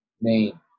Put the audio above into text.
name